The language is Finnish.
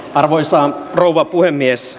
arvoisa rouva puhemies